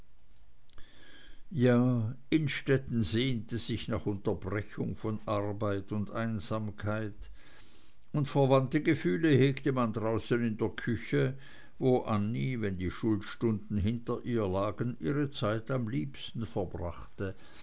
ja innstetten sehnte sich nach unterbrechung von arbeit und einsamkeit und verwandte gefühle hegte man draußen in der küche wo annie wenn die schulstunden hinter ihr lagen ihre zeit am liebsten verbrachte